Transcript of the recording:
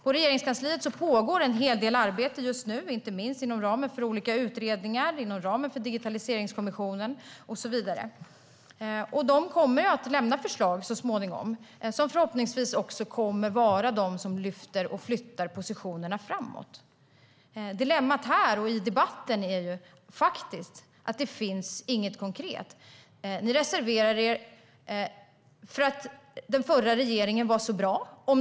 På Regeringskansliet pågår en hel del arbete, inte minst inom ramen för olika utredningar och inom ramen för Digitaliseringskommissionen. De kommer så småningom att lämna förslag som förhoppningsvis kommer att flytta fram positionerna. Dilemmat här och i debatten är att det inte finns något konkret. Ni reserverar er för att den förra regeringen var så bra.